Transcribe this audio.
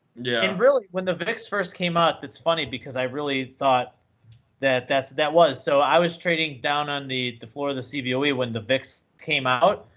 yeah and really, when the vix first came out, that's funny, because i really thought that that was. so i was trading down on the the floor of the cboe when the vix came out.